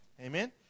Amen